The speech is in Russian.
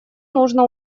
нужно